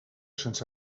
sense